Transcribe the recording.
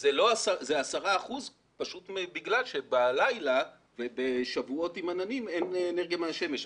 זה 10 אחוזים בגלל שבלילה ובשבועות עם עננים אין אנרגיה מהשמש,